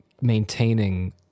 maintaining